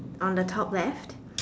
on the top left